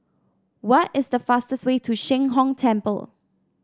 what is the fastest way to Sheng Hong Temple